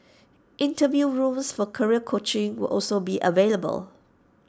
interview rooms for career coaching will also be available